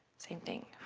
same thing.